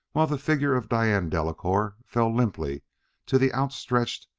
while the figure of diane delacouer fell limply to the outstretched,